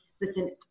listen